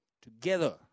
Together